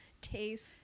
taste